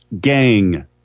gang